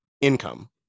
income